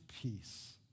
peace